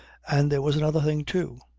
and there was another thing, too.